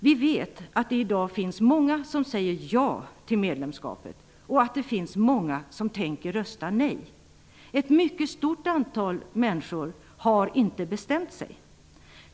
Vi vet att det i dag finns många som säger ja till ett medlemskap och att det finns många som tänker rösta nej. Ett mycket stort antal människor har inte bestämt sig.